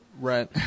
Right